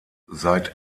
seit